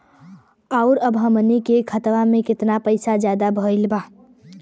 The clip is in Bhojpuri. और अब हमनी के खतावा में कितना पैसा ज्यादा भईल बा?